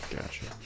gotcha